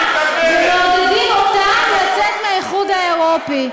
ומעודדים אותה לצאת מהאיחוד האירופי.